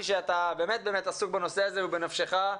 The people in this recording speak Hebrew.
שאתה באמת עסוק בנושא הזה והוא בנפשך.